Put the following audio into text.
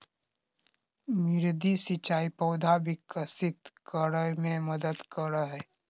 मृदु सिंचाई पौधा विकसित करय मे मदद करय हइ